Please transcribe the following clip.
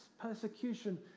persecution